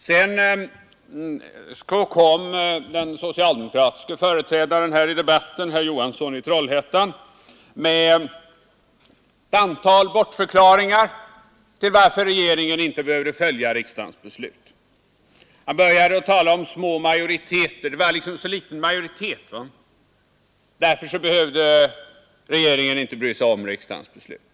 Så kom den socialdemokratiske företrädaren här i debatten, herr Johansson i Trollhättan, med ett antal bortförklaringar av varför regeringen inte behövde följa riksdagens beslut. Han började med att tala om små majoriteter — det var så liten majoritet, att regeringen därför inte behövde bry sig om riksdagens beslut.